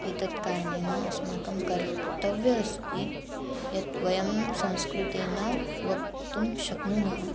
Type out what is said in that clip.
एतत् कारणेन अस्माकं कर्तव्यम् अस्ति यत् वयं संस्कृतेन वक्तुं शक्नुमः